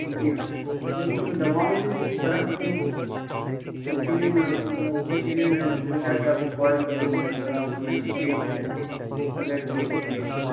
جی ہاں لیکن وہ دواؤں سے کچھ بھی فرق نہیں ہوا تو اسی لیے میں آپ کو بولا کہ اسی لیے میں سوچا کہ آپ کو کال کر لوں گا اگر آپ جو ہے نا چینج کر کے اگر دیے تو دے دیتے